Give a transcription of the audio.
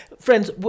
Friends